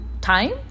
time